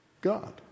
God